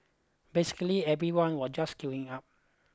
basically everyone was just queuing up